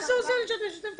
מה זה עוזר לי שאת משתתפת?